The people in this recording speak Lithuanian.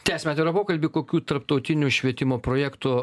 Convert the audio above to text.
tęsiame pokalbį kokių tarptautinių švietimo projektų